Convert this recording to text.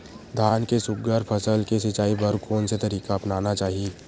धान के सुघ्घर फसल के सिचाई बर कोन से तरीका अपनाना चाहि?